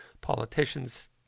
politicians